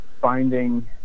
finding